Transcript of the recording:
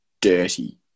dirty